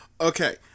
Okay